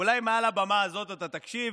אולי מעל הבמה הזאת אתה תקשיב,